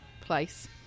place